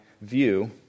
view